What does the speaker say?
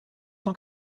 cent